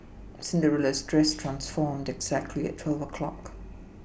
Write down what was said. Cinderella's dress transformed exactly at twelve o' clock